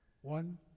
One